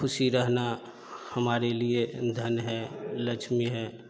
खुशी रहना हमारे लिए धन है लक्ष्मी है